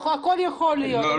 הכול יכול להיות.